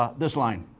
ah this line.